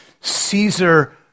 Caesar